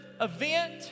event